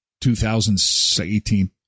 2018